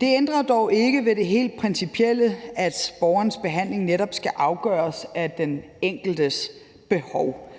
Det ændrer dog ikke på det helt principielle, at borgerens behandling netop skal afgøres af den enkeltes behov